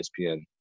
ESPN